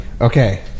Okay